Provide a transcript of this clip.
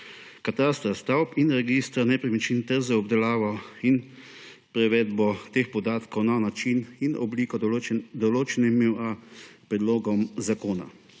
katastra stavb in registra nepremičnin ter z obdelavo in prevedbo teh podatkov na način in obliko, določenima s predlogom zakona.